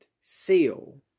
seal